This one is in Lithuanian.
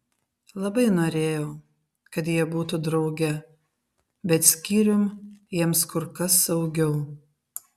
labai norėjau kad jie būtų drauge bet skyrium jiems kur kas saugiau